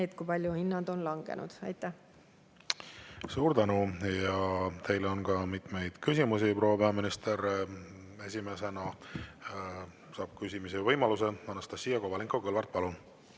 see, kui palju hinnad on langenud. Aitäh! Suur tänu! Teile on ka mitmeid küsimusi, proua peaminister. Esimesena saab küsimise võimaluse Anastassia Kovalenko-Kõlvart. Palun!